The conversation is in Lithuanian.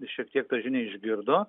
šiek tiek tą žinią išgirdo